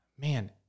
Man